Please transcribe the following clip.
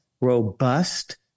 robust